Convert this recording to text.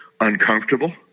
uncomfortable